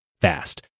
fast